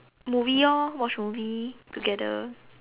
movie orh watch movie together